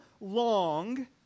long